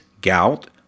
gout